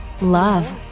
love